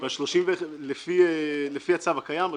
לפי הצו הקיים,